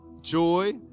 Joy